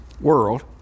world